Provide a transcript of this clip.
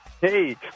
hey